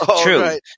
true